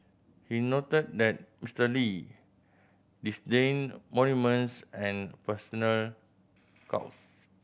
he noted that Mister Lee disdained monuments and personal cults